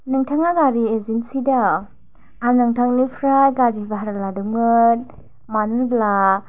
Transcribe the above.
नोंथाङा गारि एजेन्सि दं आं नोंथांनिफ्राइ गारि बाह्रा लादोंमोन मानो होनब्ला